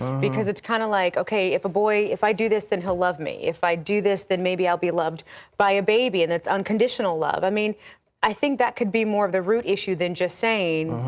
because its kind of like, okay, if a boy, if i do this, then hell love me. if i do this, then maybe ill be loved by a baby, and its unconditional love. i mean i think that could be more of the root issue than just saying,